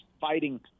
fighting –